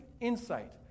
insight